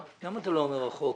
למה אתה לא אומר החוק?